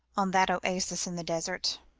on that oasis in the desert.